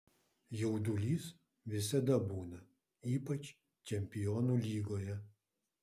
jaudulys visada būna ypač čempionų lygoje